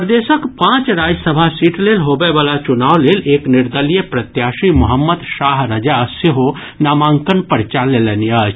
प्रदेशक पांच राज्यसभा सीट लेल होबय वला चुनाव लेल एक निर्दलीय प्रत्याशी मोहम्मद शाह रजा सेहो नामांकन पर्चा लेलनि अछि